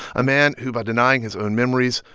a man who, by denying his own memories,